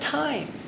time